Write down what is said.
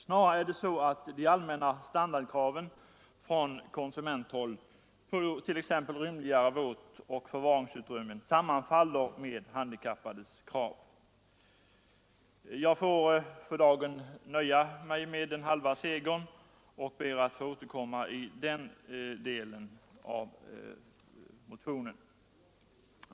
Snarare är det så att de allmänna standardkraven från konsumenthåll på t.ex. rymligare våtoch förvaringsutrymmen sammanfaller med handikappades krav. Jag får för dagen nöja mig med den halva segern och ber att få återkomma till den senare frågan.